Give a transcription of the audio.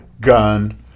gun